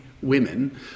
women